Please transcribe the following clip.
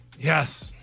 yes